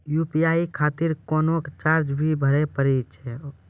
UPI खातिर कोनो charge भी भरी पड़ी हो?